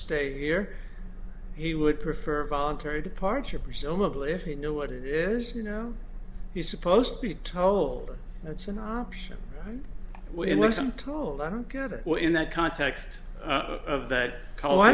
stay here he would prefer voluntary departure presumably if you know what it is you know he's supposed to be told that's an option we had was i'm told i don't get it in that context of that call